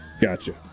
Gotcha